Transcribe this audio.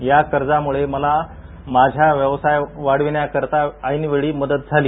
या कर्जामुळे मला माझा व्यवसाय वाढवण्याकरिता ऐनबेळी मदत झाली